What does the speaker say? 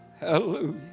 hallelujah